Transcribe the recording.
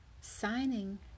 signing